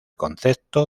concepto